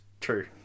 true